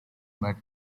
but